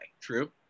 true